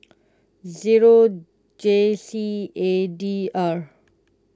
zero J C A D R